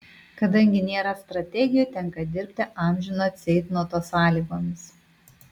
kadangi nėra strategijų tenka dirbti amžino ceitnoto sąlygomis